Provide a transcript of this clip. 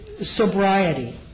sobriety